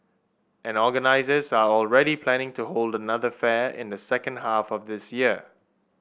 and organisers are already planning to hold another fair in the second half of this year